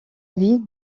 vie